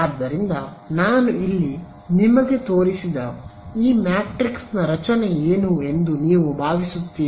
ಆದ್ದರಿಂದ ನಾನು ಇಲ್ಲಿ ನಿಮಗೆ ತೋರಿಸಿದ ಈ ಮ್ಯಾಟ್ರಿಕ್ಸ್ನ ರಚನೆ ಏನು ಎಂದು ನೀವು ಭಾವಿಸುತ್ತೀರಿ